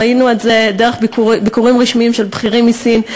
ראינו את זה דרך ביקורים רשמיים של בכירים מסין,